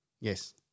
yes